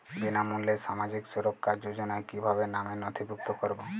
বিনামূল্যে সামাজিক সুরক্ষা যোজনায় কিভাবে নামে নথিভুক্ত করবো?